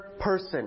person